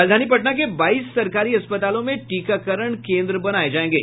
राजधानी पटना के बाईस सरकारी अस्पतालों में टीकाकरण केन्द्र बनाये जायेंगे